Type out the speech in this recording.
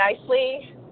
nicely